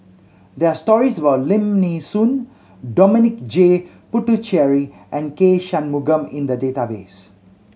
there are stories about Lim Nee Soon Dominic J Puthucheary and K Shanmugam in the database